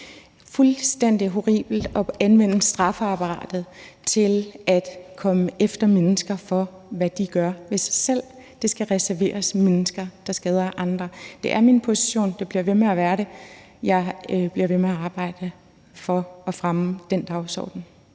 Det er fuldstændig horribelt at anvende straffeapparatet til at komme efter mennesker for, hvad de gør ved sig selv. Det skal reserveres mennesker, der skader andre. Det er min position, og det bliver ved med at være det. Jeg bliver ved med at arbejde for at fremme den dagsorden.